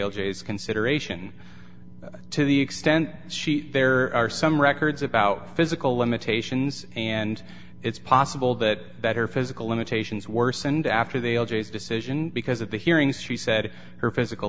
g s consideration to the extent sheet there are some records about physical limitations and it's possible that better physical limitations worsened after the l g s decision because of the hearings she said her physical